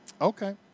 Okay